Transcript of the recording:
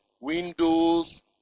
windows